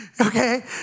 Okay